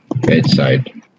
bedside